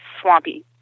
swampy